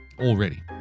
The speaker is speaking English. Already